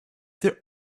their